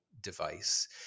device